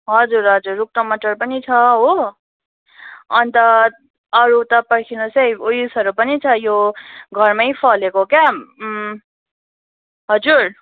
हजुर हजुर रुख टमाटर पनि छ हो अनि त अरू चाहिँ पर्खिनुहोस् है ऊ यसहरू पनि छ यो घरमै फलेको क्या हजुर